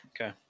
Okay